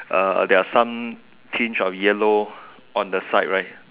uh there are some tinge of yellow on the side right